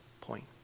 point